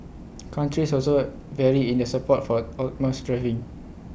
countries also vary in their support for autonomous driving